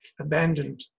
abandoned